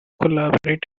collaborated